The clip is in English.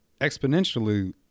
exponentially